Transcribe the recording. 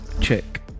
check